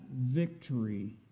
victory